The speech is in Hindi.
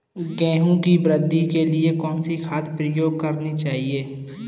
गेहूँ की वृद्धि के लिए कौनसी खाद प्रयोग करनी चाहिए?